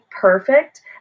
perfect